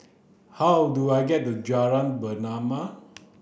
how do I get to Jalan Pernama